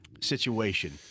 situation